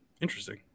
Interesting